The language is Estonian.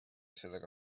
sellega